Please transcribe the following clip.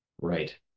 Right